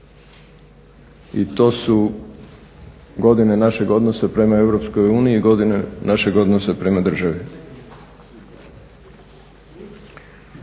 I to su godine našeg odnosa prema EU i godine našeg odnosa prema državi.